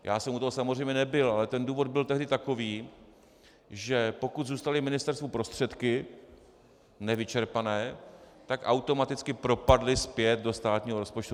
Já jsem u toho samozřejmě nebyl, ale ten důvod byl tehdy takový, že pokud zůstaly ministerstvu prostředky nevyčerpané, tak automaticky propadly zpět do státního rozpočtu.